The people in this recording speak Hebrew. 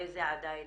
איזה עדיין